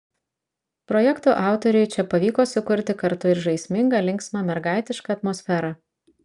projekto autoriui čia pavyko sukurti kartu ir žaismingą linksmą mergaitišką atmosferą